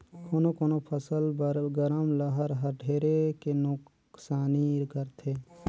कोनो कोनो फसल बर गरम लहर हर ढेरे के नुकसानी करथे